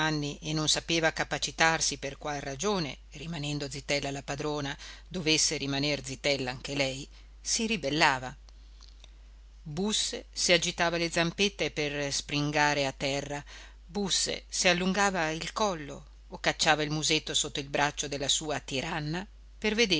e non sapeva capacitarsi per qual ragione rimanendo zitella la padrona dovesse rimaner zitella anche lei si ribellava busse se agitava le zampette per springare a terra busse se allungava il collo o cacciava il musetto sotto il braccio della sua tiranna